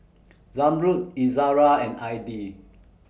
Zamrud Izara and Adi